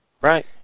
Right